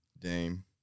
Dame